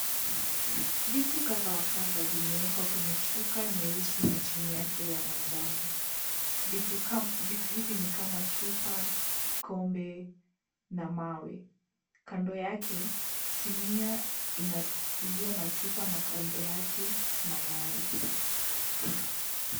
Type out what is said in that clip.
Vitu kadhaa wa kadhaa vimeekwa kwenye shuka nyeusi na chini yake ya manjano. Vitu hivi ni kama chupa, kikombe na mawe. Kando yake simia iliyo na chupa na kando yake mayai.